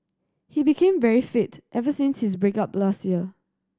he became very fit ever since his break up last year